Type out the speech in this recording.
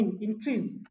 increase